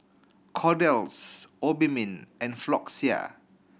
Kordel's Obimin and Floxia